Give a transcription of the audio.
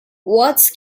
words